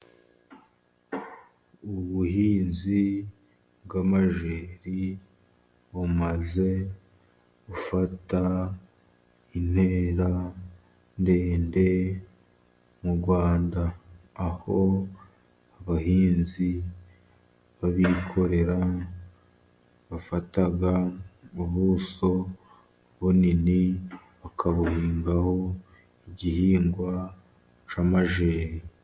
Ubuhinzi bw'amajeri bumaze gufata intera ndende mu Rwanda, aho abahinzi babikorera bafata ubuso bunini bakabuhingaho igihingwa cy'amajeri.